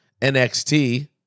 NXT